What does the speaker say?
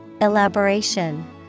Elaboration